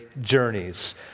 journeys